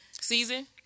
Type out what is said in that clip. season